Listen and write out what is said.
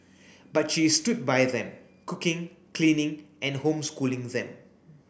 but she stood by them cooking cleaning and homeschooling them